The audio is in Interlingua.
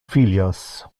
filios